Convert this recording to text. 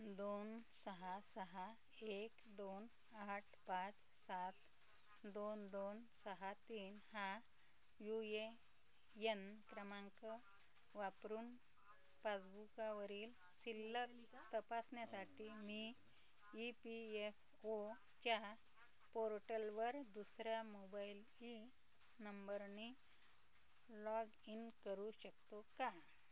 दोन सहा सहा एक दोन आठ पाच सात दोन दोन सहा तीन हा यू ए यन क्रमांक वापरून पासबुकावरील शिल्लक तपासण्यासाठी मी ई पी एफ ओ च्या पोर्टलवर दुसऱ्या मोबाईल ई नंबरनी लॉग इन करू शकतो का